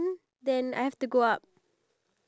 ya mini